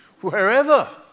Wherever